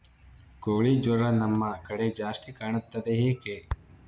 ಕೋಳಿ ಜ್ವರ ನಮ್ಮ ಕಡೆ ಜಾಸ್ತಿ ಕಾಣುತ್ತದೆ ಏಕೆ?